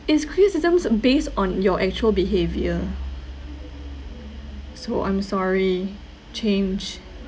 is criticisms based on your actual behaviour so I'm sorry change